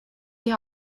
die